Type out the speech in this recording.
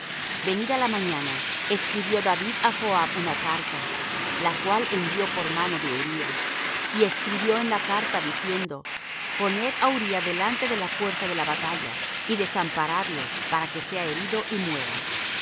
casa venida la mañana escribió david á joab una carta la cual envió por mano de uría y escribió en la carta diciendo poned á uría delante de la fuerza de la batalla y desamparadle para que sea herido y muera